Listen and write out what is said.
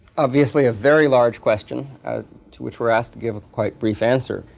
obviously a very large question to which we're asked to give a quite brief answer.